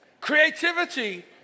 Creativity